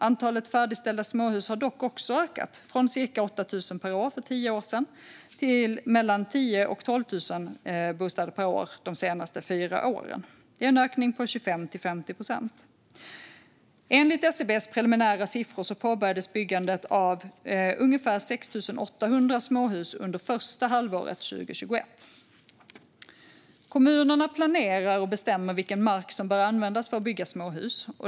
Antalet färdigställda småhus har dock också ökat - från cirka 8 000 per år för tio år sedan till mellan 10 000 och 12 000 bostäder per år de senaste fyra åren. Det är en ökning på 25 till 50 procent. Enligt SCB:s preliminära siffror påbörjades byggandet av ungefär 6 800 småhus under första halvåret 2021. Kommunerna planerar och bestämmer vilken mark som bör användas för att bygga småhus.